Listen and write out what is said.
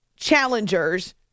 Challengers